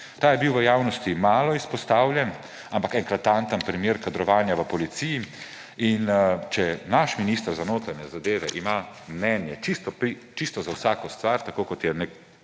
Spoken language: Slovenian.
Ta je bil v javnosti malo izpostavljen, ampak eklatanten primeru kadrovanja v policiji. In če naš minister za notranje zadeve ima mnenje čisto za vsako stvar, tako kot je